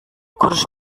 kuruş